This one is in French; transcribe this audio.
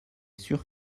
sûr